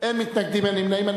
אין מתנגדים, אין נמנעים.